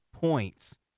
points